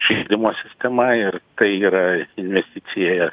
šildymo sistema ir tai yra investicija